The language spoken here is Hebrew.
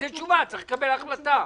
צריך לקבל החלטה.